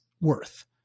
worth